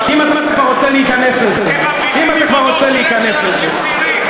אם אתה כבר רוצה להיכנס לזה.